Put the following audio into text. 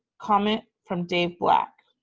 comment from dave black.